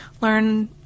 learn